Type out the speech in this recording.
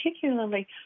particularly